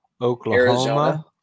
Oklahoma